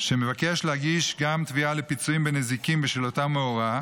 שמבקש להגיש גם תביעה לפיצויים בנזיקין בשל אותו מאורע,